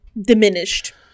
diminished